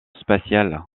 spatial